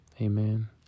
Amen